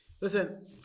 Listen